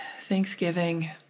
Thanksgiving